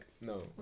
no